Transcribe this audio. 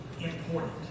important